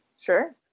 Sure